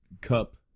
cup